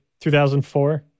2004